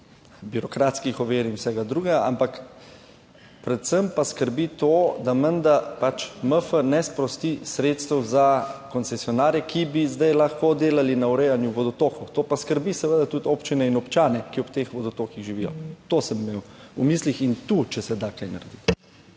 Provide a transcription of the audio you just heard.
birokratskih ovir in vsega drugega, ampak predvsem pa skrbi to, da menda pač MF ne sprosti sredstev za koncesionarje, ki bi zdaj lahko delali na urejanju vodotokov, to pa skrbi seveda tudi občine in občane, ki ob teh vodotokih živijo. To sem imel v mislih. In tu, če se da kaj narediti.